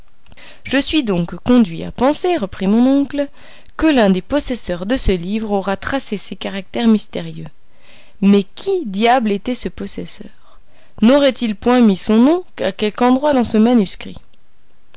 je suis donc conduit à penser reprit mon oncle que l'un des possesseurs de ce livre aura tracé ces caractères mystérieux mais qui diable était ce possesseur n'aurait-il point mis son nom à quelque endroit de ce manuscrit